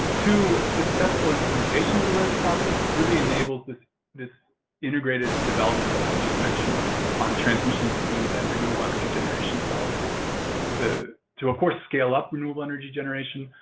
two, successful implementation of the rez process really enables this this integrated development that i had just mentioned on transmission systems and renewable energy generation development to of course scale up renewable energy generation,